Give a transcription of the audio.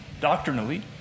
doctrinally